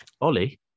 Ollie